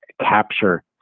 capture